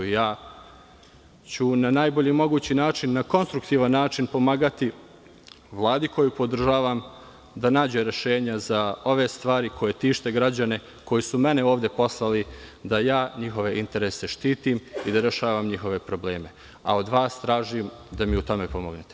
Ja ću na najbolji mogući način, na konstruktivan način pomagati Vladi koju podržavam da nađe rešenja za ove stvari koje tište građane, koji su mene ovde poslali da ja njihove interese štitim i da rešavam njihove probleme, a od vas tražim da mi u tome pomognete.